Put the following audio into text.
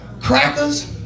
crackers